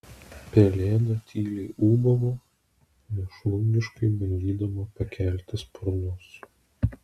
pelėda tyliai ūbavo mėšlungiškai bandydama pakelti sparnus